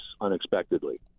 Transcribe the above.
unexpectedly